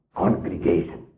congregation